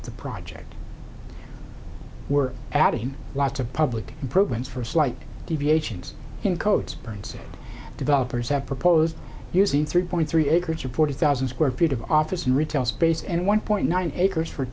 the project we're adding lots of public programs for slight deviations in codes burns developers have proposed using three point three acres of forty thousand square feet of office retail space and one point nine acres for